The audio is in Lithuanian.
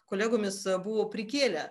kolegomis buvo prikėlę